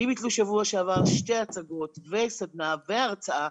לי ביטלו שבוע שעבר שתי הצגות וסדנה והרצאה.